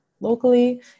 locally